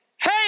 Hey